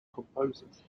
composers